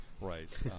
Right